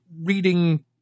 reading